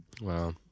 Wow